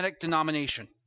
denomination